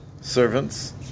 servants